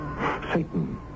Satan